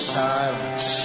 silence